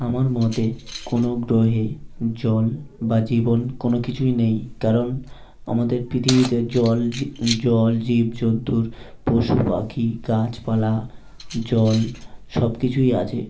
আমার মতে কোনো গ্রহে জল বা জীবন কোনো কিছুই নেই কারণ আমাদের পৃথিবীতে জল যে জল জীবজন্তুর পশু পাখি গাছপালা জল সব কিছুই আছে